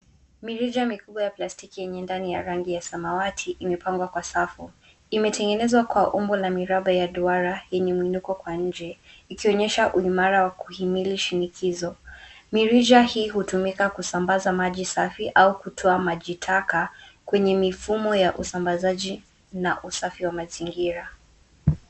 Mirija mikubwa ya plastiki ya rangi ya samawati imepangwa kwa safu. Imetengenezwa kwa umbo la miraba ya duara yenye unene wa nje, ikionyesha uimara wa kuhimili shinikizo. Mirija hii hutumika kusambaza maji safi au kutolea majitaka katika mifumo ya usambazaji na usafi wa mazingira